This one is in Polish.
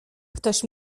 ktoś